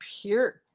pure